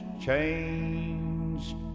changed